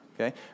Okay